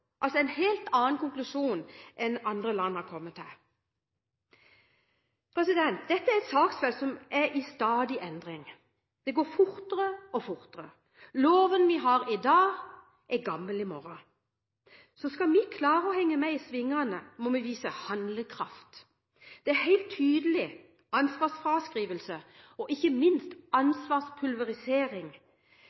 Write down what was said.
altså en helt annen konklusjon enn andre land har kommet til? Dette er et saksfelt som er i stadig endring. Det går fortere og fortere – loven vi har i dag, er gammel i morgen – så hvis vi skal klare å henge med i svingene, må vi vise handlekraft. Det er en helt tydelig ansvarsfraskrivelse, og ikke minst en ansvarspulverisering,